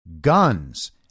guns